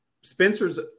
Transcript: Spencer's